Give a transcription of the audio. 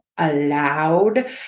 Allowed